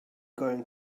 going